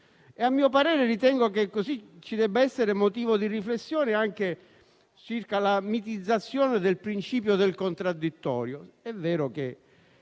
controsenso. Ritengo che ci debba essere motivo di riflessione anche circa la mitizzazione del principio del contraddittorio. È vero che